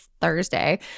Thursday